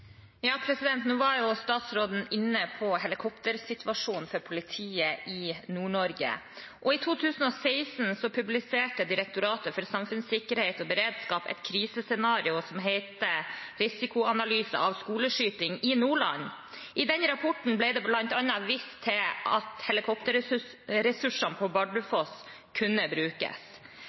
Nå var jo statsråden inne på helikoptersituasjonen til politiet i Nord-Norge. I 2016 publiserte Direktoratet for samfunnssikkerhet og beredskap, DSB, et krisescenario som heter «Risikoanalyse av skoleskyting i Nordland». I den rapporten ble det bl.a. vist til at helikopterressurser på Bardufoss kunne brukes.